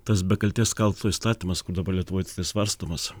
tas be kaltės kalto įstatymas kur dabar lietuvoj svarstomas